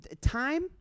time